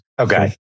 Okay